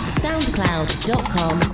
soundcloud.com